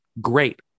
great